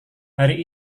hari